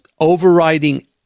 overriding